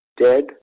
dead